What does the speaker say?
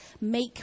make